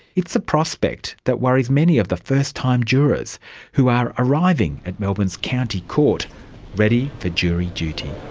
it's a prospect that worried many of the first-time jurors who are arriving at melbourne's county court ready for jury duty.